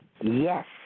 Yes